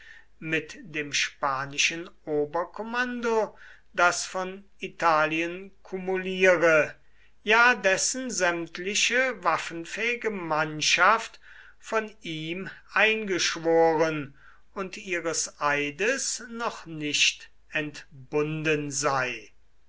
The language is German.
mit dem spanischen oberkommando das von italien kumuliere ja dessen sämtliche waffenfähige mannschaft von ihm eingeschworen und ihres eides noch nicht entbunden sei